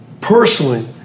personally